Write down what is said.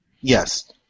Yes